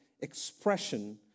expression